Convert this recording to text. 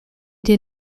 did